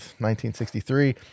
1963